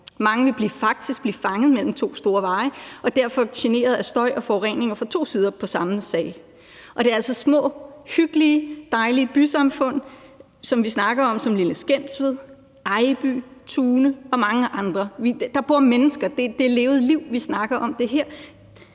Mange vil faktisk blive fanget mellem to store veje og derfor generet af støj og forurening fra to sider. Det er altså små, hyggelige, dejlige bysamfund, som vi snakker om, f.eks. Lille Skensved, Ejby, Tune og mange andre. Der bor mennesker. Det er levede liv, vi snakker om. Når